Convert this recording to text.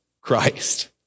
Christ